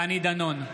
נגד שלום דנינו,